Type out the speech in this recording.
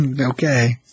Okay